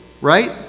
Right